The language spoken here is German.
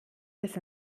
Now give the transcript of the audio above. bis